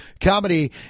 comedy